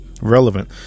relevant